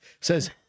says